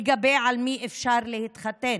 לגבי עם מי אפשר להתחתן,